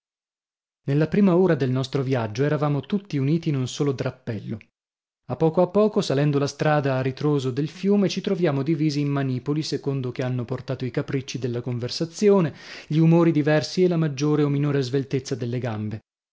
nella prima ora del nostro viaggio eravamo tutti uniti in un solo drappello a poco a poco salendo la strada a ritroso del fiume ci troviamo divisi in manipoli secondo che hanno portato i capricci della conversazione gli umori diversi e la maggiore o minore sveltezza delle gambe